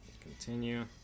Continue